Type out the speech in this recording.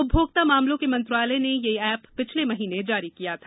उपभोक्ता मामलों के मंत्रालय ने यह ऐप पिछले महीने जारी किया था